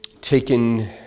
taken